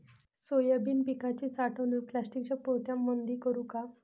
Soybean पिकाची साठवणूक प्लास्टिकच्या पोत्यामंदी करू का?